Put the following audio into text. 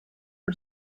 her